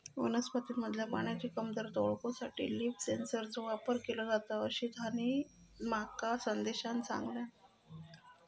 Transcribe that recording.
वनस्पतींमधल्या पाण्याची कमतरता ओळखूसाठी लीफ सेन्सरचो वापर केलो जाता, अशीताहिती माका संदेशान सांगल्यान